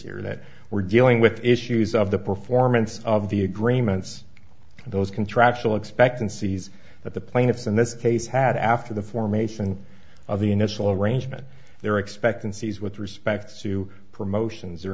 here that we're dealing with issues of the performance of the agreements and those contractual expectancies that the plaintiffs in this case had after the formation of the initial arrangement their expectancies with respect to promotions or